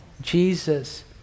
Jesus